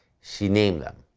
she named them.